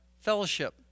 Fellowship